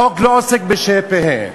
החוק לא עוסק בשה"י פה"י,